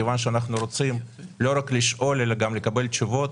מכיוון שאנחנו רוצים לא רק לשאול אלא גם לקבל תשובות.